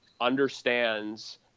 understands